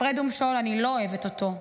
הפרד ומשול, אני לא אוהבת אותו.